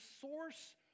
source